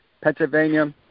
Pennsylvania